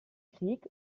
krieg